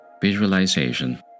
Visualization